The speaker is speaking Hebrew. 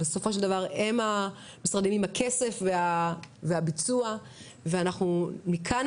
כי בסופו של דבר הם המשרדים עם הכסף ויכולות הביצוע ואנחנו מכאן,